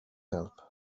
help